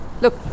look